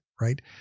right